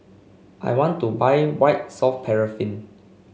I want to buy White Soft Paraffin